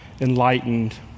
enlightened